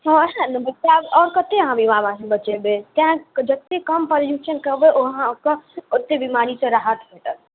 हँ आओर कते अहाँ बीमार आदमीके बचेबै तैं जते कम पोल्यूशन करबै ओ अहाँके ओते बीमारीसँ राहत भेटत